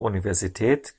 universität